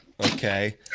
Okay